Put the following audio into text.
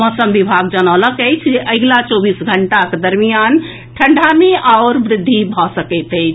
मौसम विभाग जनौलक अछि जे अगिला चौबीस घंटाक दरमियान ठंडा मे आओर वृद्धि भऽ सकैत अछि